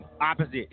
opposite